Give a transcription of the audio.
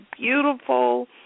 beautiful